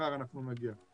מחר אנחנו נגיע.